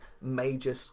major